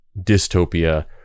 dystopia